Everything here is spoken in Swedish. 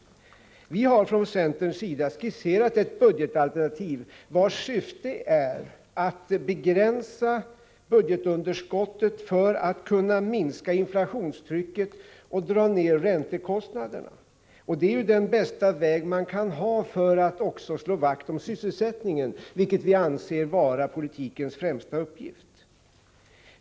Vi har från centerns sida skisserat ett budgetalternativ, vars syfte är att begränsa budgetunderskottet för att kunna minska inflationstrycket och dra ned räntekostnaderna. Det är den bästa väg man kan välja för att också slå vakt om sysselsättningen, vilket vi anser vara politikens främsta uppgift.